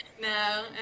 No